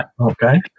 Okay